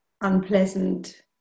unpleasant